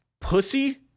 pussy